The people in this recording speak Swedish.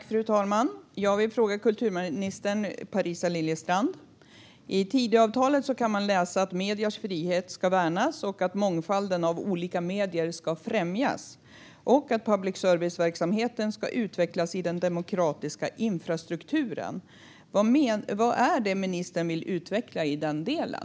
Fru talman! Jag vill ställa en fråga till kulturminister Parisa Liljestrand. I Tidöavtalet kan man läsa att mediernas frihet ska värnas, att mångfalden av olika medier ska främjas och att public service-verksamheten ska utvecklas i den demokratiska infrastrukturen. Vad är det som ministern vill utveckla i den delen?